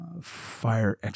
fire